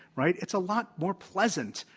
right? it's a lot more pleasant.